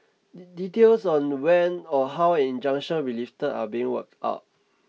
details on when or how injunction will lifted are being worked out